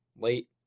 late